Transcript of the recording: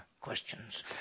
questions